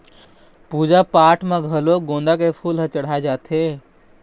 पूजा पाठ म घलोक गोंदा के फूल ल चड़हाय जाथे